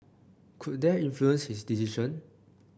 could that influenced his decision